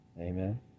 Amen